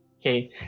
Okay